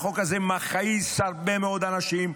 החוק הזה מכעיס הרבה מאוד אנשים,